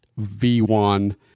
V1